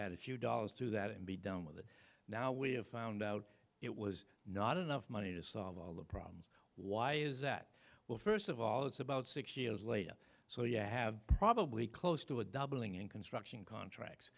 add a few dollars to that and be done with it now we have found out it was not enough money to solve all the problems why is that well first of all it's about six years later so you have probably close to a doubling in construction contracts